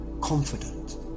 confident